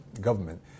government